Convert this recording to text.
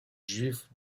juifs